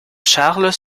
charles